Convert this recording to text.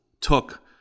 took –